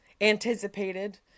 anticipated